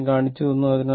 ഞാൻ കാണിച്ചുതന്നു